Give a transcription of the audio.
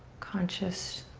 conscious